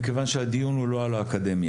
מכיוון שהדיון הוא לא על האקדמיה,